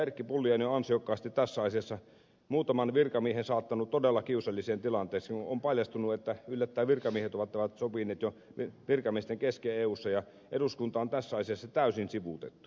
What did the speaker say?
erkki pulliainen on ansiokkaasti tässä asiassa muutaman virkamiehen saattanut todella kiusalliseen tilanteeseen kun on paljastunut että yllättäen virkamiehet ovat tämän sopineet jo virkamiesten kesken eussa ja eduskunta on tässä asiassa täysin sivuutettu